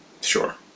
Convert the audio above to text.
Sure